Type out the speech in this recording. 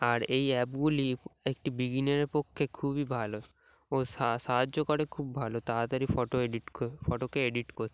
আর এই অ্যাপগুলি একটি বিগিনারের পক্ষে খুবই ভালো ও সাহায্য করে খুব ভালো তাড়াতাড়ি ফটো এডিট করে ফটোকে এডিট করতে